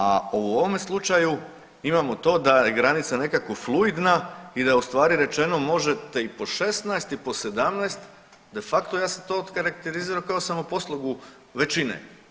A u ovome slučaju imamo to da je granica nekako fluidna i da je ustvari rečeno možete i po 16 i po 17, de facto ja sam to okarakterizirao kao samoposlugu većine.